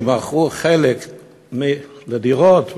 שבחרו להקצות חלק לדירות,